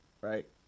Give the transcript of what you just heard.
right